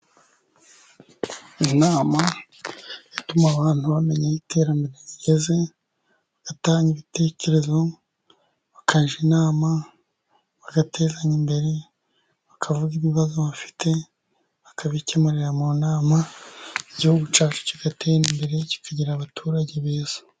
Inama ituma abantu bamenya aho iterambere rigeze, bagatanga ibitekerezo bakajya inama bagatera n' imbere bakavuga ibibazo bafite bakabikemurira mu nama, igihugu cyacu kigatera imbere kikagira abaturage beza.